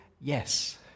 Yes